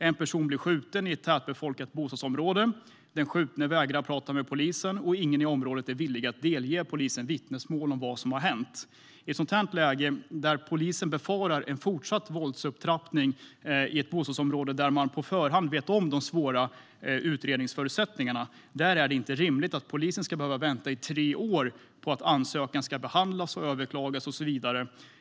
En person blir beskjuten i ett tätbefolkat bostadsområde. Den skjutne vägrar prata med polisen, och ingen i området är villig att delge polisen vittnesmål om vad som har hänt. I ett sådant läge, då polisen befarar en fortsatt våldsupptrappning i ett bostadsområde där man på förhand vet om de svåra utredningsförutsättningarna, är det inte rimligt att polisen ska behöva vänta i tre år på att ansökan ska behandlas och överklagas och så vidare.